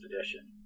edition